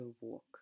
walk